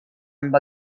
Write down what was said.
amb